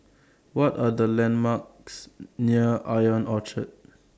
What Are The landmarks near Ion Orchard